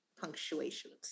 punctuations